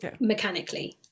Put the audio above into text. mechanically